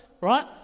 right